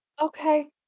Okay